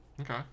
Okay